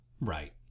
Right